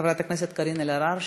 חברת הכנסת קארין אלהרר,